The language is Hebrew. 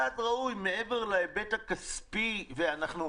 מעבר להיבט הכספי, ואנחנו,